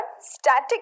static